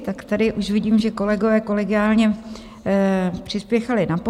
Tak tady už vidím, že kolegové kolegiálně přispěchali na pomoc.